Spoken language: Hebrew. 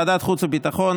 לוועדת חוץ וביטחון,